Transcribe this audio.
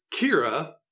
Kira